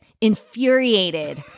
infuriated